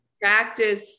practice